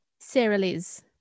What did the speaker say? Sarah-Liz